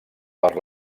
per